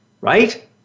right